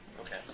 Okay